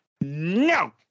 No